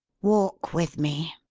walk with me!